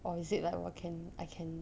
or is it like 我 can I can